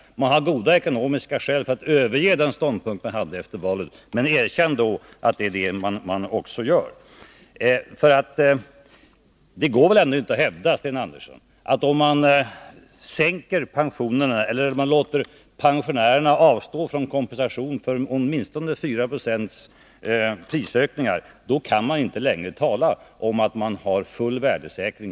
Man har goda ekonomiska skäl för att efter valet överge den ståndpunkt som man hade — men erkänn då att det är detta man gör. Det går väl ändå inte att hävda, Sten Andersson, att man genomför full värdesäkring av pensionerna, om pensionärerna samtidigt får avstå från kompensation åtminstone för 4 26 prisökningar. Då kan man inte längre tala om att man har full värdesäkring.